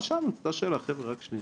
ואז שאלנו את אותה שאלה, חבר'ה, רק שנייה,